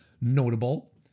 notable